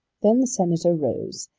then the senator rose,